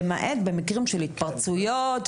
למעט במקרים של התפרצויות.